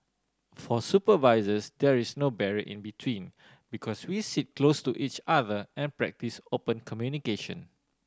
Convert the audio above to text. for supervisors there is no barrier in between because we sit close to each other and practice open communication